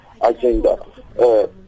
agenda